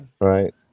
Right